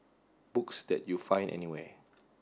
books that you find anywhere